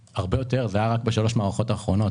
זה היה רק בשלוש מערכות הבחירות הקודמות,